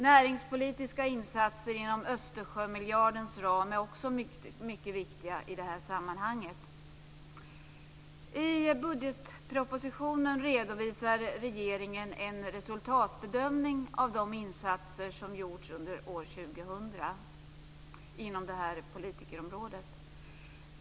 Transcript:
Näringspolitiska insatser inom Östersjömiljardens ram är också mycket viktiga i det här sammanhanget. I budgetpropositionen redovisar regeringen en resultatbedömning av de insatser som gjorts under år 2000 inom det här politikområdet.